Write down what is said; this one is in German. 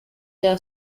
der